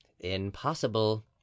impossible